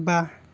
बा